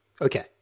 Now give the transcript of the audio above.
okay